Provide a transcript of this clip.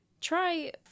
Try